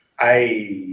i